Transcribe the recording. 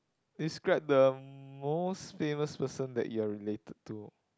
describe the most famous person that you're related to